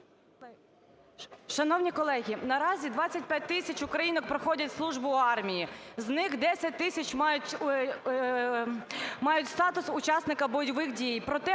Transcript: Шановні колеги, наразі 25 тисяч українок проходять службу в армії, з них 10 тисяч мають статус учасника бойових дій.